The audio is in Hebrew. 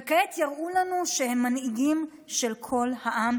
וכעת יראו לנו שהם מנהיגים של כל העם,